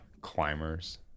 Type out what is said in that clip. climbers